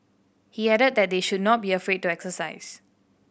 he added that they should not be afraid to exercise